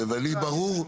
ולי ברור,